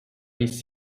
his